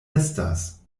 estas